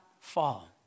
fall